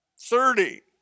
Thirty